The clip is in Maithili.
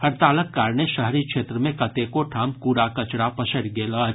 हड़तालक कारणे शहरी क्षेत्र मे कतेको ठाम कूड़ा कचरा पसरि गेल अछि